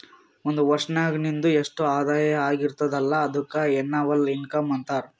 ಒಂದ್ ವರ್ಷನಾಗ್ ನಿಂದು ಎಸ್ಟ್ ಆದಾಯ ಆಗಿರ್ತುದ್ ಅಲ್ಲ ಅದುಕ್ಕ ಎನ್ನವಲ್ ಇನ್ಕಮ್ ಅಂತಾರ